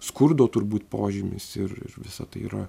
skurdo turbūt požymis ir ir visa tai yra